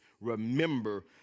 Remember